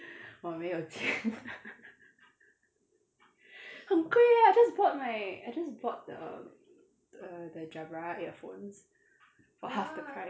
我没有钱很贵 leh I just bought my I just bought the the the jabra earphones for half the price